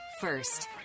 first